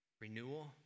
renewal